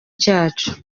cyacu